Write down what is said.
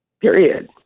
Period